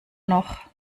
noch